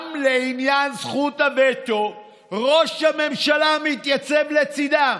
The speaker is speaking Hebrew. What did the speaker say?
לעניין זכות הווטו ראש הממשלה מתייצב לצידם.